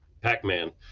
Pac-Man